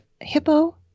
hippo